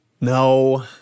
no